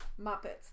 muppets